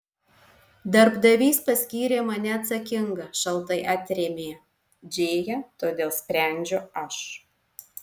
darbdavys paskyrė mane atsakinga šaltai atrėmė džėja todėl sprendžiu aš